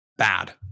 Bad